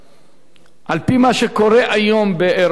על-פי מה שקורה היום באירופה, רבותי,